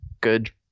good